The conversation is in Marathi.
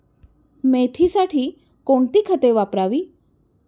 मेथीसाठी कोणती खते वापरावी?